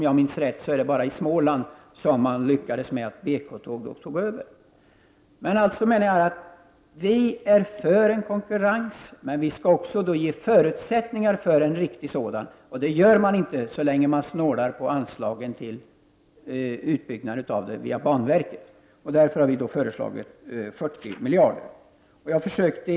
I Småland har man dock lyckats med att BK-tåg har tagit över. Vi är således för konkurrens, men vi skall då också ge förutsättningar för en riktig sådan. Det gör man inte så länge man snålar på anslagen till utbyggnad av det via banverket. Vi har därför föreslagit 40 miljarder.